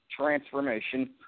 transformation